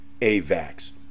AVAX